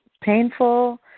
painful